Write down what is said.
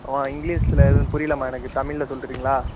அம்மா இங்கிலீஷில் எதுவும் புரியலம்மா எனக்கு தமிழில் சொல்கிறீங்களா